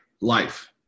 life